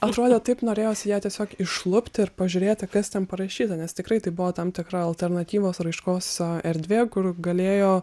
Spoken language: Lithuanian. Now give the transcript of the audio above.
atrodė taip norėjosi ją tiesiog išlupti ir pažiūrėti kas ten parašyta nes tikrai tai buvo tam tikra alternatyvos raiškos erdvė kur galėjo